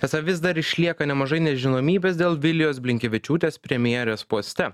esą vis dar išlieka nemažai nežinomybės dėl vilijos blinkevičiūtės premjerės poste